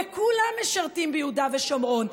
וכולם משרתים ביהודה ושומרון.